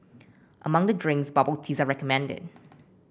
among the drinks bubble teas are recommended